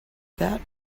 that